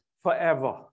forever